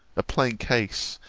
a plain case,